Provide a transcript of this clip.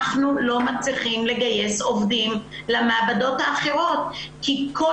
אנחנו לא מצליחים לגייס עובדים למעבדות האחרות כי כל